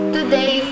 Today